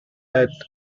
earth